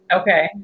okay